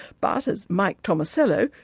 but, as mike tomasello,